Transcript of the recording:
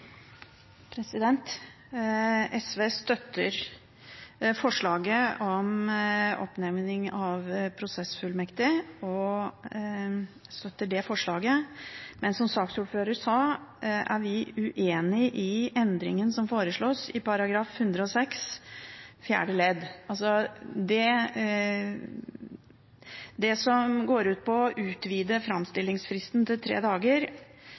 SV støtter forslaget om oppnevning av prosessfullmektig. Men som saksordføreren sa, er vi uenig i endringen som foreslås i § 106 fjerde ledd, som gjelder å utvide framstillingsfristen til tre dager. Det mener vi det ikke er gode nok begrunnelser for. Vi viser også til